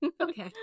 okay